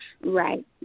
Right